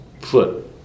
foot